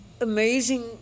amazing